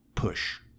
push